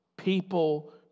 People